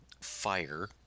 fire